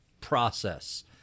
process